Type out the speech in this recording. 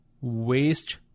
waste